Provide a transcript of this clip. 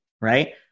right